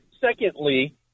Secondly